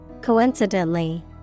Coincidentally